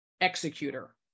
executor